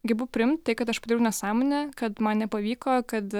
gebu priimt tai kad aš padariau nesąmonę kad man nepavyko kad